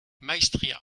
maestria